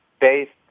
based